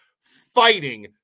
fighting